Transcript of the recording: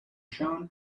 shown